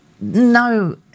No